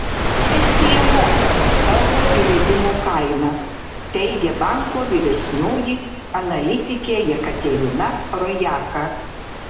estija moka euro įvedimo kainą teigia banko vyresnioji analitikė jekaterina rojaka